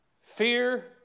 fear